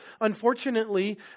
unfortunately